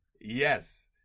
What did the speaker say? yes